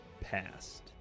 passed